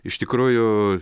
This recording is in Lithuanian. iš tikrųjų